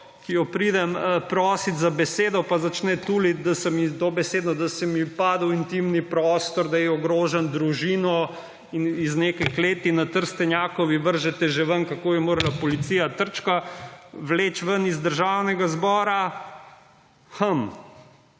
ki jo pridem prosit za besedo, pa začne tuliti dobesedno, da sem ji padel v intimni prostor, da ji ogrožam družino in iz neke kleti na Trstenjakovi vržete ven, kako je morala policija Trčka vleči iz Državnega zbora.